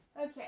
Okay